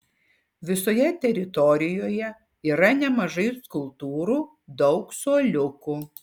visoje teritorijoje yra nemažai skulptūrų daug suoliukų